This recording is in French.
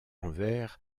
envers